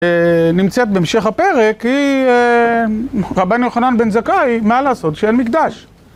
נמצאת במשך הפרק, היא רבנו חנן בן זכאי, מה לעשות שאין מקדש?